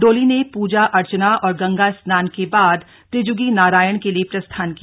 डोली ने पूजा अर्चना और गंगा स्नान के बाद त्रिजुगीनारायण के लिए प्रस्थान किया